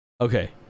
okay